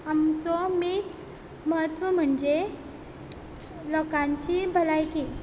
आमचो मेन म्हत्व म्हणजे लोकांची भलायकी